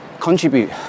contribute